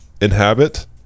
inhabit